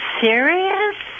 serious